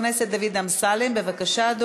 לאיזו ועדה אתה מבקש, אדוני?